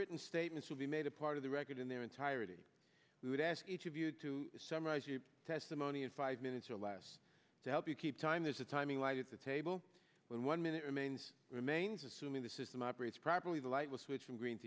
written statements will be made a part of the record in their entirety we would ask each of you to summarize your testimony in five minutes or less to help you keep time as a timing light at the table when one minute remains remains assuming the system operates properly the light will switch from green